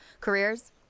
careers